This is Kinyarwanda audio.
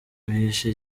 bihishe